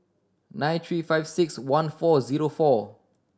nine three five six one four zero four